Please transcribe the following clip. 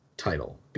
title